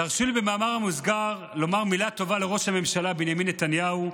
תרשו לי במאמר מוסגר לומר מילה טובה לראש הממשלה בנימין נתניהו.